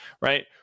right